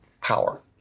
power